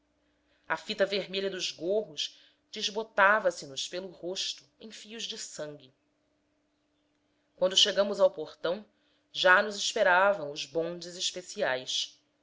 de molhados a fita vermelha dos gorros desbotava se nos pelo rosto em fios sanguíneos quando chegamos ao portão já nos esperavam os bondes especiais